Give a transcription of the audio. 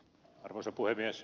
arvoisa puhemies